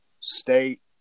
state